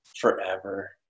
forever